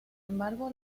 embargo